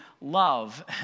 love